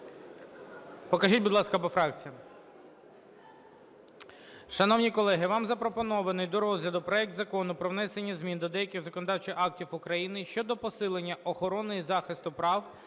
Покажіть, будь ласка, по фракціям.